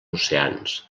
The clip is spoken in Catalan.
oceans